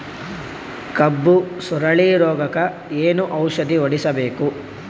ಕಬ್ಬು ಸುರಳೀರೋಗಕ ಏನು ಔಷಧಿ ಹೋಡಿಬೇಕು?